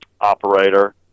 operator